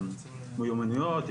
מיומנויות,